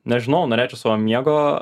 nežinau norėčiau savo miego